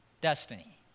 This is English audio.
destiny